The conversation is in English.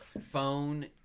phone